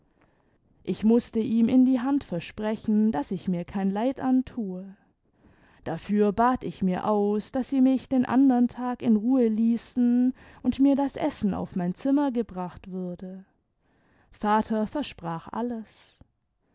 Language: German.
ich mußte ihm in die hand versprechen daß ich mir kein leid antue dafür bat ich mir aus daß sie mich den andern tag in ruhe ließen imd mir das essen auf mein zimmer gebracht würde vater versprach alles